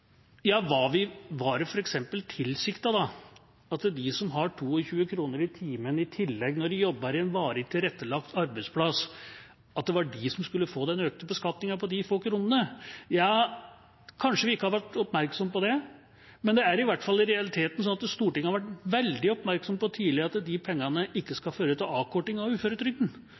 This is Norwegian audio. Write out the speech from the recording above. Var det f.eks. tilsiktet at de som har 22 kr i timen i tillegg når de jobber på en varig tilrettelagt arbeidsplass, skulle få den økte beskatningen på de få kronene? Kanskje vi ikke har vært oppmerksom på det, men det er i hvert fall i realiteten sånn at Stortinget har vært veldig oppmerksom på tidligere at disse pengene ikke